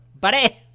buddy